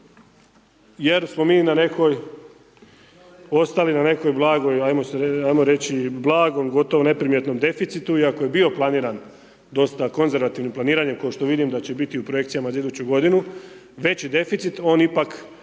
jer smo mi ostali na nekom blagu, gotovo neprimjetnom deficitu i ako je bio planiran, dosta konzervativnim i planiranjem ko što vidim da će biti u projekcijama za iduću g. veću deficit, on ipak